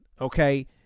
okay